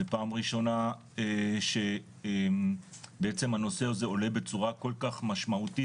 זה פעם ראשונה שבעצם הנושא הזה עולה בצורה כל כך משמעותית